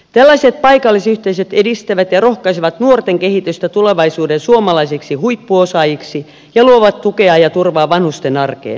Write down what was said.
tällaiset paikallisyhteisöt edistävät ja rohkaisevat nuorten kehitystä tulevaisuuden suomalaisiksi huippuosaajiksi ja luovat tukea ja turvaa vanhusten arkeen